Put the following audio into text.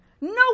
No